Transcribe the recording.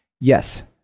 Yes